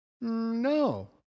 No